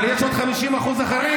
אבל יש עוד 50% אחרים,